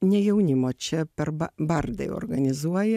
ne jaunimo čia per ba bardai organizuoja